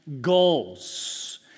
goals